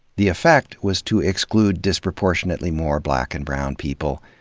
the effect was to exclude disproportionately more black and brown people,